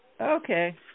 Okay